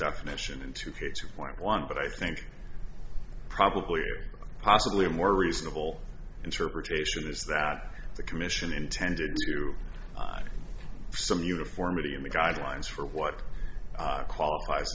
definition and to create two point one but i think probably possibly a more reasonable interpretation is that the commission intended to some uniformity in the guidelines for what qualifies